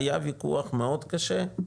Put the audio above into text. היה וויכוח מאוד קשה,